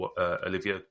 Olivia